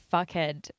Fuckhead